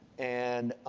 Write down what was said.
and,